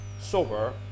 sober